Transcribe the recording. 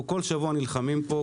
אנחנו כל שבוע נלחמים פה,